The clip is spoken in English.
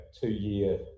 two-year